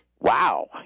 Wow